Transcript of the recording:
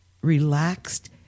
relaxed